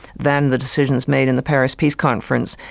than the decisions made in the paris peace conference,